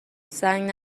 سنگ